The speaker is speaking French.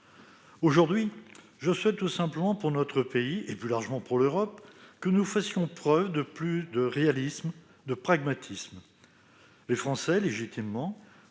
Aujourd'hui, je souhaite tout simplement pour notre pays, et plus largement pour l'Europe, que nous fassions preuve de plus de réalisme et de pragmatisme. Les Français, légitimement,